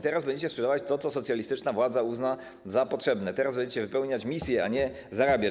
Teraz będziecie sprzedawać to, co socjalistyczna władza uzna za potrzebne, teraz będziecie wypełniać misję, a nie zarabiać.